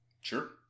Sure